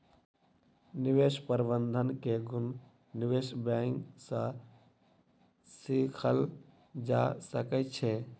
निवेश प्रबंधन के गुण निवेश बैंक सॅ सीखल जा सकै छै